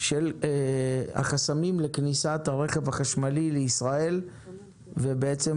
של החסמים לכניסת הרכב החשמלי לישראל ובעצם